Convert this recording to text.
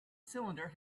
cylinder